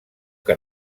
que